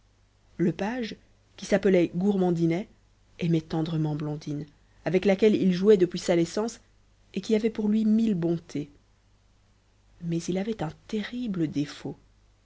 le page qui s'appelait gourmandinet aimait tendrement blondine avec laquelle il jouait depuis sa naissance et qui avait pour lui mille bontés mais il avait un terrible défaut